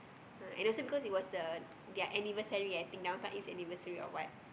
and also because it was the their anniversary I think Downtown East anniversary or what